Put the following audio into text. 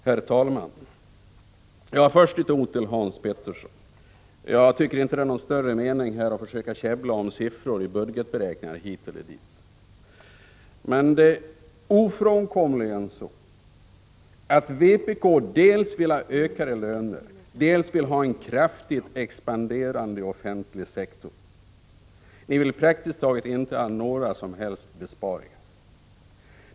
Herr talman! Först några ord till Hans Petersson i Hallstahammar. Jag tycker inte att det är någon större mening med att här försöka käbbla om siffror i budgetberäkningar hit eller dit. Men det är ofrånkomligen så, att vpk dels vill ha ökade löner, dels vill ha en kraftigt expanderande offentlig sektor. Ni vill praktiskt taget inte ha några som helst besparingar.